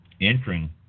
entering